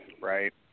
right